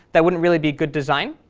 that wouldn't really be good design.